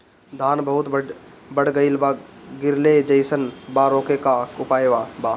धान बहुत बढ़ गईल बा गिरले जईसन बा रोके क का उपाय बा?